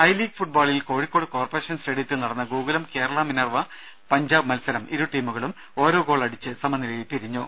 രുര ലീഗ് ഫുട്ബാളിൽ കോഴിക്കോട് കോർപ്പറേഷൻ ഐ സ്റ്റേഡിയത്തിൽ നടന്ന ഗോകുലം കേരള മിനർവ പഞ്ചാബ് മത്സരം ഇരുടീമുകളും ഓരോ ഗോൾ അടിച്ച് സമനിലയിൽ പിരിഞ്ഞു